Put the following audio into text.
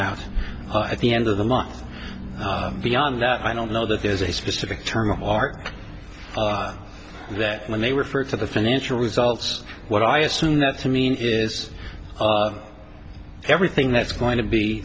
out at the end of the month beyond that i don't know that there's a specific term of art that when they refer to the financial results what i assume that to mean is everything that's going to be